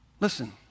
Listen